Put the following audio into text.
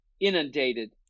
inundated